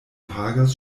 pagas